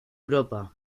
europa